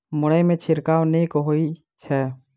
मुरई मे छिड़काव नीक होइ छै?